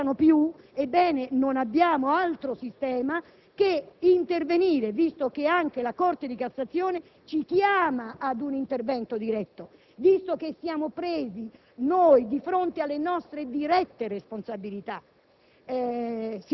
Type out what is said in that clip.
non si ripetano più? Ebbene, non abbiamo altro sistema che intervenire, visto che anche la Corte di cassazione ci chiama ad un intervento diretto, visto che siamo posti, noi, di fronte alle nostre dirette responsabilità.